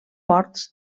ports